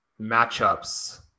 matchups